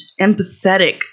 empathetic